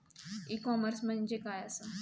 E commerce म्हणजे काय असा?